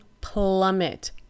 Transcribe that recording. plummet